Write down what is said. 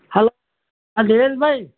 હાલો હા દિવેલભાઈ